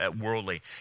worldly